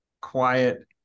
quiet